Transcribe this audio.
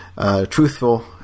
truthful